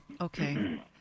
okay